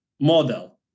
model